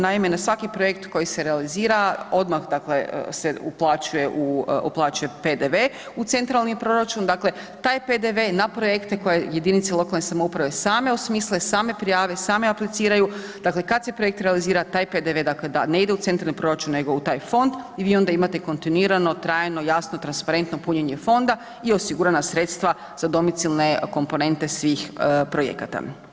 Naime, na svaki projekt koji se realizira odmah se uplaćuje PDV u centralni proračun, dakle taj PDV na projekte koje jedinice lokalne samouprave same osmisle, same prijave, same apliciraju dakle kada se projekt realizira taj PDV da ne ide u centralni proračun nego u taj fond i vi onda imate kontinuirano, trajno, jasno, transparentno punjenje fonda i osigurana sredstva za domicilne komponente svih projekata.